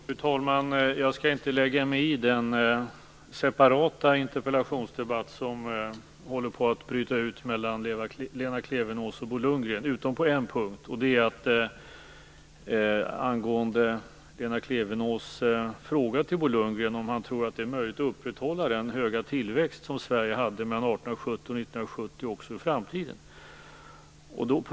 Fru talman! Jag skall inte lägga mig i den separata interpellationsdebatt som håller på att bryta ut mellan Lena Klevenås och Bo Lundgren, utom på en punkt. Lena Klevenås frågade om Bo Lundgren tror att det är möjligt att upprätthålla den höga tillväxt som Sverige hade mellan 1870 och 1970 också i framtiden.